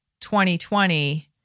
2020